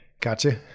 gotcha